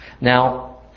Now